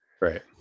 Right